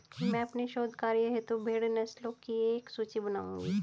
मैं अपने शोध कार्य हेतु भेड़ नस्लों की एक सूची बनाऊंगी